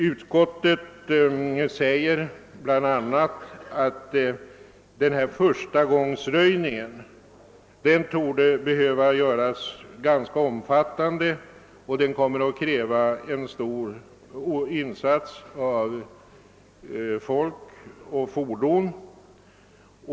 Utskottet skriver bl.a.: »Förstagångsröjningen torde därför behöva bli omfattande och kräva en inte obetydlig insats av manskap och fordon.